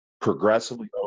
progressively